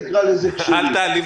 שאקרא לזה "כשרים",